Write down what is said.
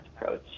approach